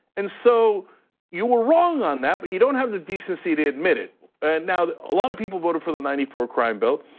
and so you were wrong on that, but you don't have the decency to admit it. and now, a ah lot of people voted for the ninety four crime bill.